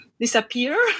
disappear